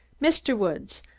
mr. woods,